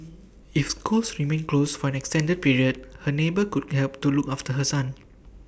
if schools remain close for an extended period her neighbour could help to look after her son